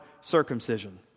circumcision